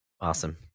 Awesome